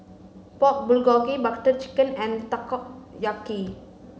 Pork Bulgogi Butter Chicken and Takoyaki